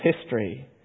history